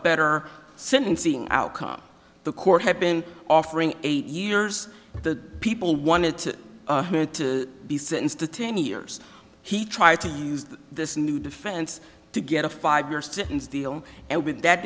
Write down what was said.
better sentencing outcome the court had been offering eight years the people wanted to be sentenced to ten years he tried to use this new defense to get a five year sentence deal and with that